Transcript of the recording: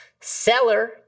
Seller